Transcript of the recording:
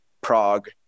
Prague